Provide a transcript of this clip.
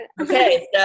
Okay